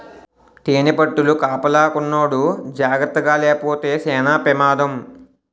తేనిపట్టుల కాపలాకున్నోడు జాకర్తగాలేపోతే సేన పెమాదం